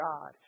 God